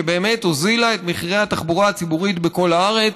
שבאמת הורידה את מחירי התחבורה הציבורית בכל הארץ,